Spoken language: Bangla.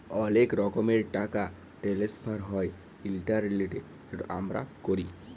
অলেক রকমের টাকা টেনেসফার হ্যয় ইলটারলেটে যেট আমরা ক্যরি